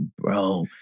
bro